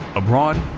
abroad,